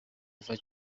ava